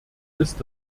ist